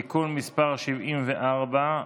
(תיקון מס' 74),